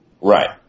Right